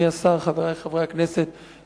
חברי חברי הכנסת,